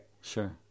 Sure